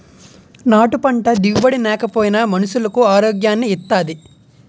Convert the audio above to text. నాటు పంట దిగుబడి నేకపోయినా మనుసులకు ఆరోగ్యాన్ని ఇత్తాది